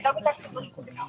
לא ביקשתי את רשות הדיבור.